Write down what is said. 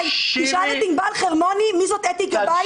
תשאל את ענבל חרמוני מי זאת אתי גבאי,